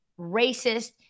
racist